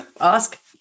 ask